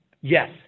Yes